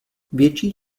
větší